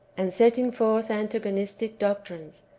and setting forth antagonistic doctrines,